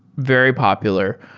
very popular.